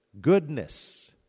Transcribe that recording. goodness